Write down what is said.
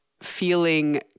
feeling